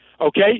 okay